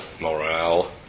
Morale